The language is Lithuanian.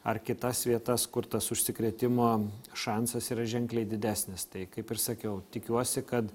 ar kitas vietas kur tas užsikrėtimo šansas yra ženkliai didesnis tai kaip ir sakiau tikiuosi kad